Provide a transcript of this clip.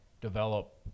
develop